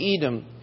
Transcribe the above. Edom